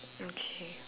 okay